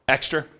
Extra